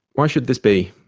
why should this be?